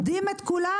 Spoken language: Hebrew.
לקדם את כלכלתה,